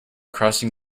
crossing